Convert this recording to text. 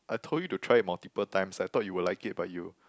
I told you to try it multiple times I thought you will like it but you